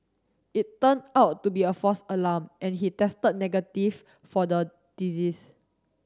it turned out to be a false alarm and he tested negative for the disease